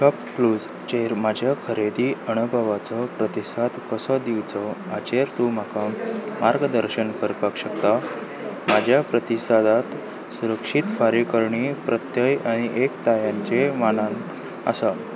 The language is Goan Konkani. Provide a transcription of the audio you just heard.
शॉपक्लूजचेर म्हज्या खरेदी अणभवाचो प्रतिसाद कसो दिवचो हाचेर तूं म्हाका मार्गदर्शन करपाक शकता म्हज्या प्रतिसादांत सुरक्षीत फारीकणी प्रत्यय आनी एकतायांचे मानान आसा